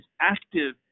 active